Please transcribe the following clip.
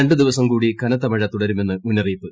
രണ്ട് ദിവസം കൂടി കനത്ത മഴ തുടരുമെന്ന് മുന്നറിയിപ്പ്